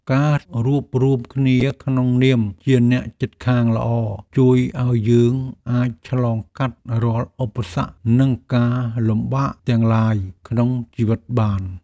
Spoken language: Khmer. ការរួបរួមគ្នាក្នុងនាមជាអ្នកជិតខាងល្អជួយឱ្យយើងអាចឆ្លងកាត់រាល់ឧបសគ្គនិងការលំបាកទាំងឡាយក្នុងជីវិតបាន។